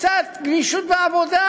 קצת גמישות בעבודה,